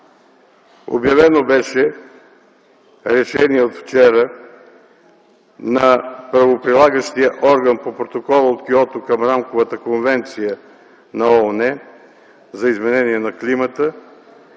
Обявено беше решение от вчера на правоприлагащия орган по Протокола от Киото към Рамковата конвенция на ООН за изменение на климата